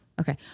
Okay